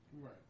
Right